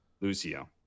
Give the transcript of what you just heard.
Lucio